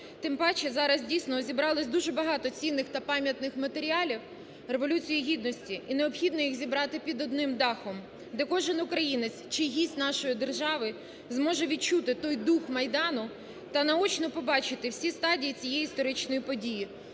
Тим паче зараз дійсно зібралося дуже багато цінних та пам'ятних матеріалів Революції Гідності і необхідно їх зібрати під одним дахом, де кожен українець чи гість нашої держави зможе відчути той дух Майдану та наочно побачити всі стадії цієї історичної події.